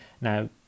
Now